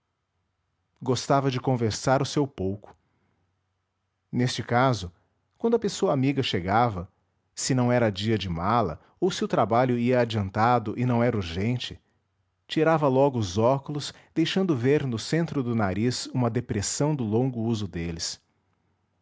gostava de conversar o seu pouco neste caso quando a pessoa amiga chegava se não era dia de mala ou se o trabalho ia adiantado e não era urgente tirava logo os óculos deixando ver no centro do nariz uma depressão do longo uso deles